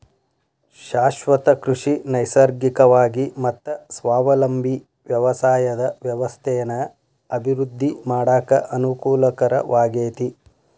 ಶಾಶ್ವತ ಕೃಷಿ ನೈಸರ್ಗಿಕವಾಗಿ ಮತ್ತ ಸ್ವಾವಲಂಬಿ ವ್ಯವಸಾಯದ ವ್ಯವಸ್ಥೆನ ಅಭಿವೃದ್ಧಿ ಮಾಡಾಕ ಅನಕೂಲಕರವಾಗೇತಿ